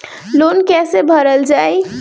Loan कैसे भरल जाइ?